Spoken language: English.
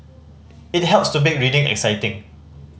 it helps to make reading exciting